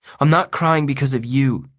i'm not crying because of you,